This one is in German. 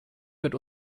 wird